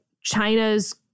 China's